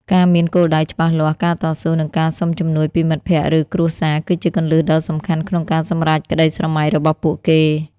ការមានគោលដៅច្បាស់លាស់ ការតស៊ូ និងការសុំជំនួយពីមិត្តភ័ក្តិ ឬគ្រួសារ គឺជាគន្លឹះដ៏សំខាន់ក្នុងការសម្រេចក្តីស្រមៃរបស់ពួកគេ។